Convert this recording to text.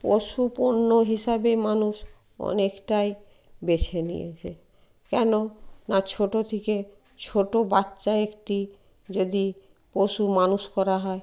পশু পণ্য হিসাবে মানুষ অনেকটাই বেছে নিয়েছে কেন না ছোটো থেকে ছোটো বাচ্চা একটি যদি পশু মানুষ করা হয়